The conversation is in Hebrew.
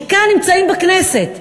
שנמצאים כאן בכנסת,